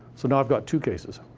so now i've got two cases.